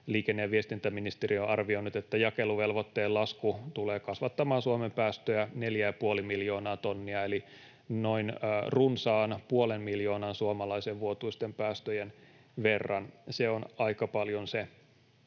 Liikenne‑ ja viestintäministeriö on arvioinut, että jakeluvelvoitteen lasku tulee kasvattamaan Suomen päästöjä 4,5 miljoonaa tonnia eli noin runsaan puolen miljoonan suomalaisen vuotuisten päästöjen verran. Se on aika paljon se.